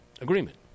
agreement